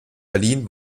berlin